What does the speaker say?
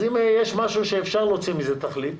אז אם יש משהו שאפשר להוציא ממנו תכלית,